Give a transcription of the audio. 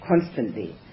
constantly